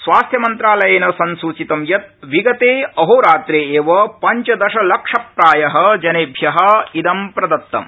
स्वास्थमन्त्रालयेन सेसूचित यत् विगते अहोरात्रे एव पंचदश लक्षप्रायः जनेभ्यः इद प्रदत्तम्